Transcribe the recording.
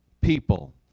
people